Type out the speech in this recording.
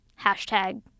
hashtag